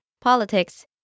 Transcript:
politics